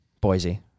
Boise